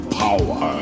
power